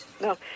no